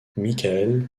michael